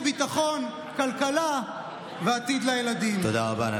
הבטיחו ביטחון, כלכלה ועתיד לילדים, תודה רבה.